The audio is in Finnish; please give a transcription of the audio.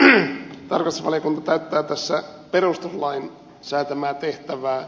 tarkastusvaliokunta täyttää tässä perustuslain säätämää tehtävää